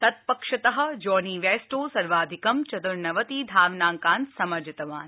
तत् पक्षतः Jonny Bairstow सर्वाधिकं चतुर्नवति धावनाङ्कान् समर्जितवान्